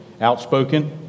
outspoken